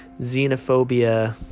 xenophobia